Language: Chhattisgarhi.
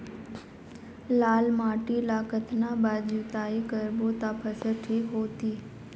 लाल माटी ला कतना बार जुताई करबो ता फसल ठीक होती?